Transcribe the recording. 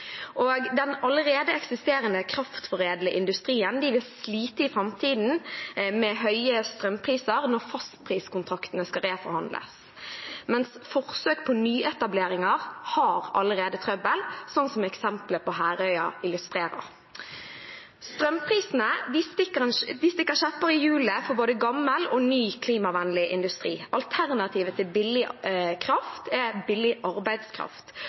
Den allerede eksisterende kraftforedlende industrien vil i framtiden slite med høye strømpriser når fastpriskontraktene skal reforhandles, mens forsøk på nyetableringer har allerede trøbbel, som eksempelet på Herøya illustrerer. Strømprisene stikker kjepper i hjulene for både gammel og ny klimavennlig industri. Alternativet til billig kraft er billig arbeidskraft,